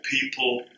people